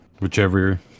whichever